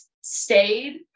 stayed